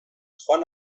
joan